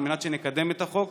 על מנת שנקדם את החוק.